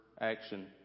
action